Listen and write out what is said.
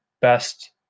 best